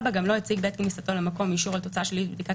גם לא הציג בעת כניסתו למקום אישור על תוצאה שלילית בבדיקת